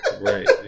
right